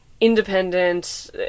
independent